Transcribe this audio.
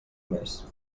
més